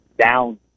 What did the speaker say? down